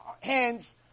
hands